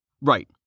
Right